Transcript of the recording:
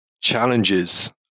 challenges